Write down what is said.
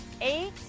eight